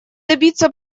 добиться